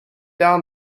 down